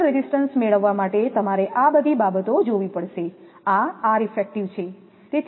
cable resistance મેળવવા માટે તમારે આ બધી બાબતો જોવી પડશે આ R ઇફેક્ટિવ 𝑅𝑒𝑓𝑓 છે